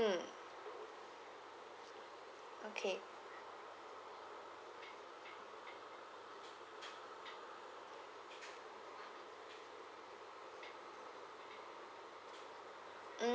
mm okay mm